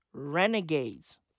Renegades